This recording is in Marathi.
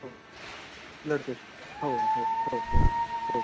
हो ब्लड प्रेशर हो हो हो हो हो